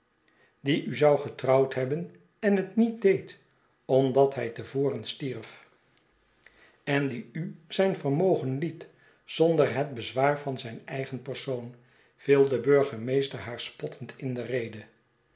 die u zou getrouwd hebben en het niet deed omdat hij te voren stierf en die u zijn vermogen liet zonder het bezwaar van zijn eige n persoon viel de burgemeester haa r spottend in de rede